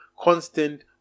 constant